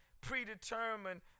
predetermined